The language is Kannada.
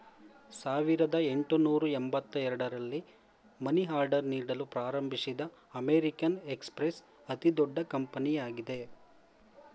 ಸಾವಿರದ ಎಂಟುನೂರು ಎಂಬತ್ತ ಎರಡು ರಲ್ಲಿ ಮನಿ ಆರ್ಡರ್ ನೀಡಲು ಪ್ರಾರಂಭಿಸಿದ ಅಮೇರಿಕನ್ ಎಕ್ಸ್ಪ್ರೆಸ್ ಅತಿದೊಡ್ಡ ಕಂಪನಿಯಾಗಿದೆ